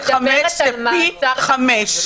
זה פי חמישה.